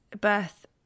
birth